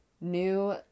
New